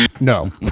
no